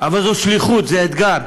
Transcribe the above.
אבל זו שליחות, זה אתגר.